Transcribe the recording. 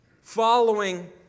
following